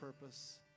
purpose